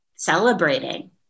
celebrating